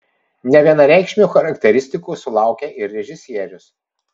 nevienareikšmių charakteristikų sulaukė ir režisierius